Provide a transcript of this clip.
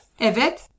Evet